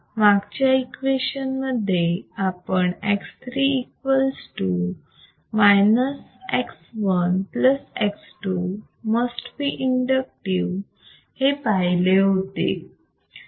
मागच्या इक्वेशन मध्ये आपण X3 equals to minus X1 plus X2 must be inductive हे पाहिले होते